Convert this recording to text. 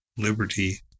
Liberty